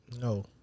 No